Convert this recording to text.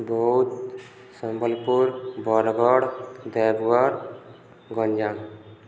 Boudh Sambalpur Bargarh Deogarh Ganjam